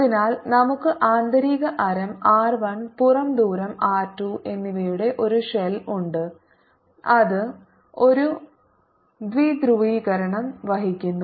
അതിനാൽ നമുക്ക് ആന്തരിക ആരം R 1 പുറം ദൂരം R 2 എന്നിവയുടെ ഒരു ഷെൽ ഉണ്ട് അത് ഒരു പി ധ്രുവീകരണം വഹിക്കുന്നു